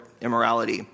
immorality